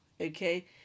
Okay